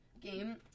game